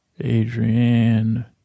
Adrienne